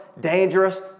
dangerous